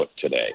today